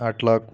आठ लाख